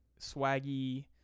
swaggy